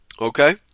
Okay